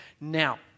Now